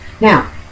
Now